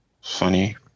Funny